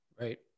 Right